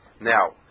Now